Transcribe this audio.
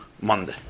Monday